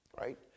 Right